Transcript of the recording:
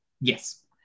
Yes